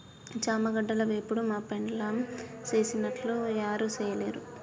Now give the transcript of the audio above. చామగడ్డల వేపుడు మా పెండ్లాం సేసినట్లు యారు సెయ్యలేరు